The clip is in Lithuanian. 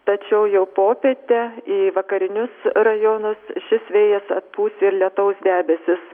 tačiau jau popietę į vakarinius rajonus šis vėjas atpūs ir lietaus debesis